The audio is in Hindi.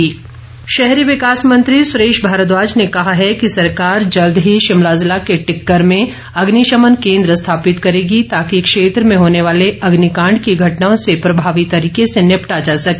सुरेश भारद्वाज शहरी विकास मंत्री सुरेश भारद्वाज ने कहा है कि सरकार जल्द ही शिमला जिला के टिक्कर में अग्निशमन केन्द्र स्थापित करेगी ताकि क्षेत्र में होने वाले अग्निकांड की घटनाओं से प्रभावी तरीके से निपटा जा सके